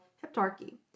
Heptarchy